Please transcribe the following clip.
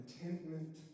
contentment